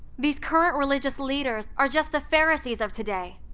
these current religious leaders are just the pharisees of today.